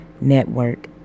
Network